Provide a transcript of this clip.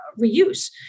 reuse